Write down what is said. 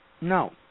No